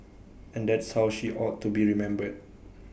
and that's how she ought to be remembered